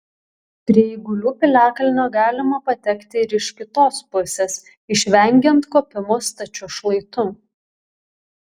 prie eigulių piliakalnio galima patekti ir iš kitos pusės išvengiant kopimo stačiu šlaitu